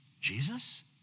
Jesus